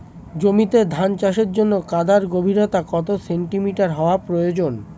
জমিতে ধান চাষের জন্য কাদার গভীরতা কত সেন্টিমিটার হওয়া প্রয়োজন?